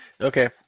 Okay